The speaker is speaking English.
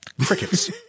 Crickets